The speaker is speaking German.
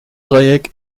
dreieck